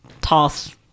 toss